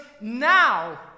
now